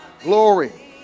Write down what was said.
glory